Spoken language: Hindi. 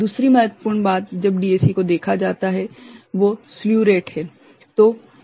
दूसरी महत्वपूर्ण बात जब DAC को देखा जाता है वो स्ल्यू रेट है